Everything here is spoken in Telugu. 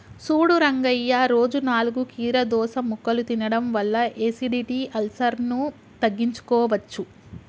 సూడు రంగయ్య రోజు నాలుగు కీరదోస ముక్కలు తినడం వల్ల ఎసిడిటి, అల్సర్ను తగ్గించుకోవచ్చు